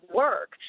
work